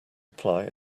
apply